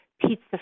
pizza